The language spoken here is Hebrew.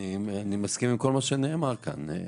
אני מסכים עם כל מה שנאמר כאן.